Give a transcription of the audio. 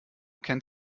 kennt